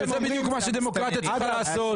זה בדיוק מה שדמוקרטיה צריכה לעשות.